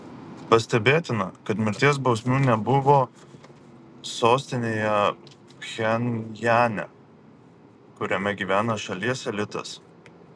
pastebėtina kad mirties bausmių nebuvo sostinėje pchenjane kuriame gyvena šalies elitas